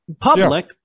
public